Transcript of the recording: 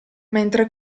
mentre